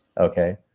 Okay